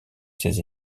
ses